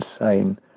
insane